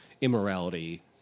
immorality